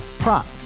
Prop